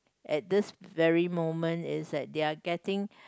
at this very moment is that they are getting